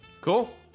Cool